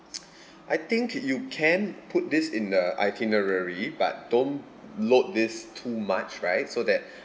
I think you can put this in the itinerary but don't load this too much right so that